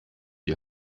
die